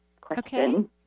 question